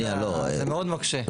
זה מאוד מקשה.